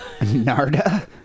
narda